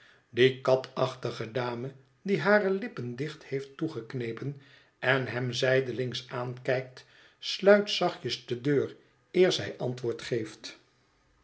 die katachtige dame die hare lippen dicht heeft toegeknepen en hem zijdelings aankijkt sluit zachtjes de deur eer zij antwoord geeft